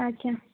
ଆଜ୍ଞା